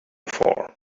for